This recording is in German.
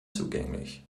zugänglich